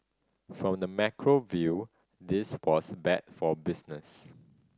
from the macro view this was bad for business